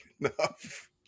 enough